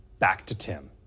back to tim.